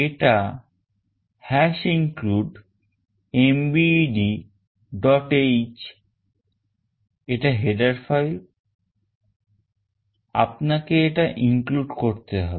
এটা include mbedh এটা header file আপনাকে এটা include করতে হবে